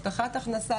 הבטחת הכנסה,